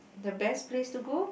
the best place to go